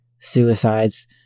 suicides